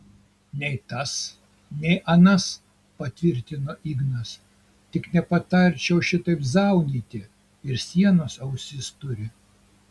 nei tas nei anas patvirtino ignas tik nepatarčiau šitaip zaunyti ir sienos ausis turi